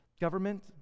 Government